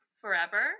forever